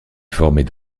formaient